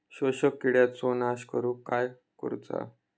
शोषक किडींचो नाश करूक काय करुचा?